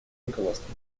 руководством